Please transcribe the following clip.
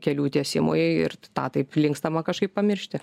kelių tiesimui ir tą taip linkstama kažkaip pamiršti